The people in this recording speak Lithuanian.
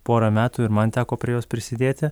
porą metų ir man teko prie jos prisidėti